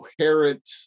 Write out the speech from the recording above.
coherent